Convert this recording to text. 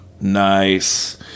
Nice